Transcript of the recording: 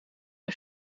hij